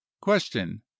Question